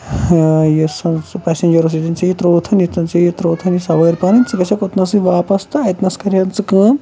ٲں سُہ پَسیٚنجر اوس ییٚتیٚن ژیٚے یہِ ترٛٲوتھ ییٚتیٚن ژےٚ یہِ ترٛٲوتھ ژےٚ یہِ سوٲرۍ پَنٕنۍ ژٕ گژھیٚکھ اوتنَسٕے واپَس تہٕ اَتنَس کَرِہین ژٕ کٲم